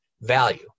value